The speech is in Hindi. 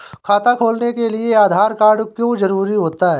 खाता खोलने के लिए आधार कार्ड क्यो जरूरी होता है?